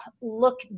look